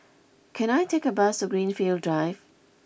can I take a bus to Greenfield Drive